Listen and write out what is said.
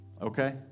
Okay